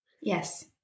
yes